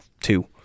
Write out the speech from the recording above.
two